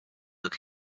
took